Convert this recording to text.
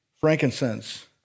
frankincense